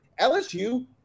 LSU